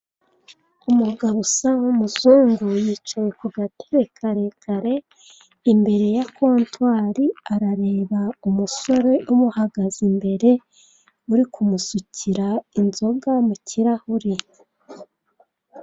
Umugabo usa nk'umuzungu yicaye ku gatebe karekare, imbere yakontwari arareba umusore umuhagaze imbere uri kumusukira inzoga mu kirahure.